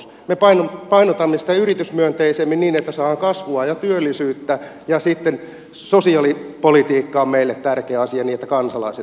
me painotamme sitä yritysmyönteisemmin niin että saadaan kasvua ja työllisyyttä ja sitten sosiaalipolitiikka on meille tärkeä asia se että kansalaiset voivat hyvin